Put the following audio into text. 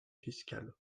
fiscale